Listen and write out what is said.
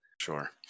Sure